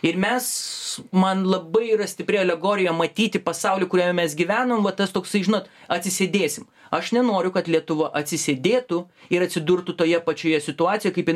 ir mes man labai yra stipri alegorija matyti pasaulį kuriame mes gyvenom va tas toksai žinot atsisėdėsim aš nenoriu kad lietuva atsisėdėtų ir atsidurtų toje pačioje situacijoje kaip jinai